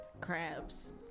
crabs